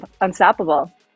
unstoppable